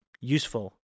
useful